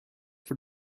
for